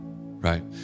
right